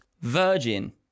Virgin